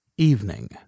Evening